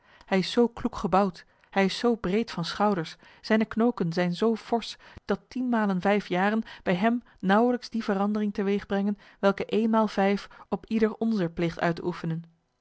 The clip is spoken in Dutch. hij is zoo kloek gebouwd hij is zoo breed van schouders zijne knoken zijn zoo forsch dat tienmalen vijf jaren bij hem naauwelijks die verandering te weeg brengen welke eenmaal vijf op ieder onzer pleegt uit te oefenen